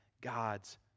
God's